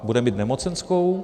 Bude mít nemocenskou?